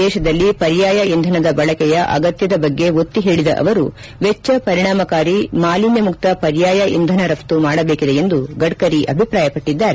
ದೇಶದಲ್ಲಿ ಪರ್ಯಾಯ ಇಂಧನದ ಬಳಕೆಯ ಅಗತ್ಯದ ಬಗ್ಗೆ ಒತ್ತಿ ಹೇಳಿದ ಅವರು ವೆಚ್ಚ ಪರಿಣಾಮಕಾರಿ ಮಾಲಿನ್ಯ ಮುಕ್ತ ಪರ್ಯಾಯ ಇಂಧನ ರಫ್ತು ಮಾಡಬೇಕಿದೆ ಎಂದು ಗಡ್ಕರಿ ಅಭಿಪ್ರಾಯಪಟ್ಟಿದ್ದಾರೆ